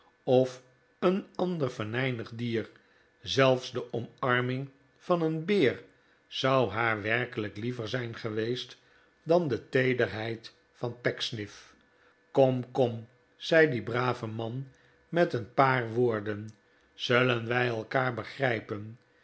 of een ander venijnig dier zelfs de omarming van een beer zou haar werkelijk liever zijn geweest dan de teederheid van pecksniff kom kom zei die brave man met een paar woorden zullen wij elkaar begrijpen